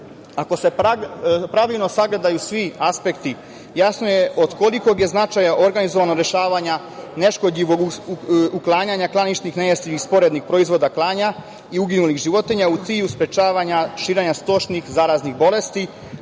se pravilno sagledaju svi aspekti, jasno je od kolikog je značaja organizovano rešavanje neškodljivog uklanjanja klaničnih nejestivih i sporednih proizvoda klanja i uginulih životinja u cilju sprečavanja širenja stočnih zaraznih bolesti,